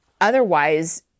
otherwise